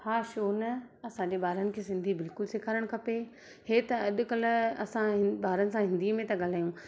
हा छो न असांजे ॿारनि खे सिंधी बिल्कुलु सिखारणु खपे इहे त अॼुकल्ह असां हिन ॿारनि सां हिंदी में था ॻाल्हायूं